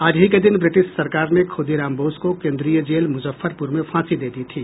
आज ही के दिन ब्रिटिश सरकार ने खुदीराम बोस को केंद्रीय जेल मुजफ्फरपुर में फांसी दे दी थी